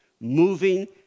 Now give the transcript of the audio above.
moving